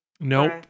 nope